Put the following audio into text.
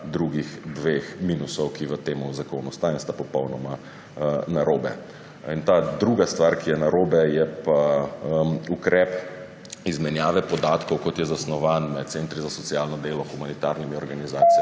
drugih dveh minusov, ki v tem zakonu sta in sta popolnoma narobe. Druga stvar, ki je narobe, je pa ukrep izmenjave podatkov, kot je zasnovan, med centri za socialno delo, humanitarnimi organizacijami,